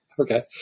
okay